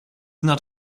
not